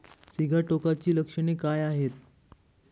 सिगाटोकाची लक्षणे काय आहेत?